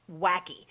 wacky